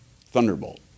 thunderbolt